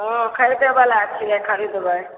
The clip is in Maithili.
हँ खरिदऽबला छियै खरिदबै